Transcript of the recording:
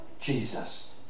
Jesus